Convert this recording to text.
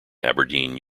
aberdeen